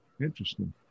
Interesting